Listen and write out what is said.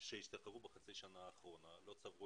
לצורך העניין דיור סוף שירות, כשראש